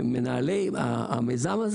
מנהלי המיזם,